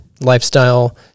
lifestyle